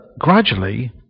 Gradually